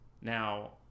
now